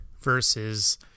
versus